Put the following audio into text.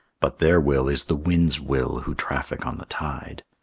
but their will is the wind's will who traffic on the tide.